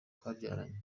twabyaranye